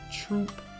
troop